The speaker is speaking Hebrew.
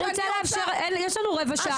יש לנו רבע שעה.